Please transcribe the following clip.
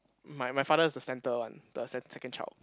my my father is the center one the sec~ second child